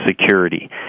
security